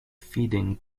feeding